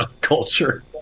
culture